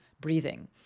breathing